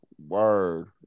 Word